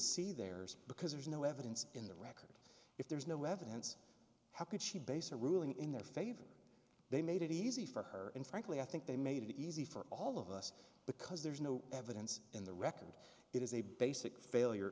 see there because there's no evidence in the record if there is no evidence how could she base a ruling in their favor they made it easy for her and frankly i think they made it easy for all of us because there is no evidence in the record it is a basic failure